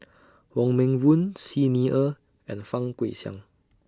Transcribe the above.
Wong Meng Voon Xi Ni Er and Fang Guixiang